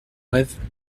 rêve